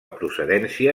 procedència